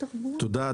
תודה,